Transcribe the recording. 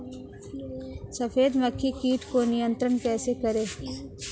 सफेद मक्खी कीट को नियंत्रण कैसे करें?